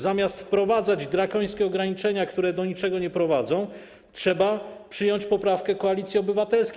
Zamiast wprowadzać drakońskie ograniczenia, które do niczego nie prowadzą, trzeba przyjąć poprawkę Koalicji Obywatelskiej.